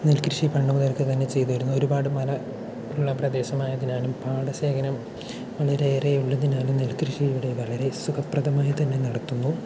നെൽക്കൃഷി പണ്ട് മുതൽത്തന്നെ ചെയ്തുവരുന്ന ഒരുപാട് മന ഉള്ള പ്രദേശം ആയതിനാലും പാട ശേഖരം വളരെ ഏറെ ഉള്ളതിനാലും നെൽക്കൃഷി ഇവിടെ വളരെ സുഖപ്രദമായിത്തന്നെ നടത്തുന്നു